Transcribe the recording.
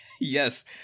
Yes